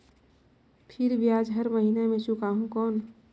फिर ब्याज हर महीना मे चुकाहू कौन?